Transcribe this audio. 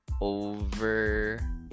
over